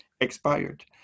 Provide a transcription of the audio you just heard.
expired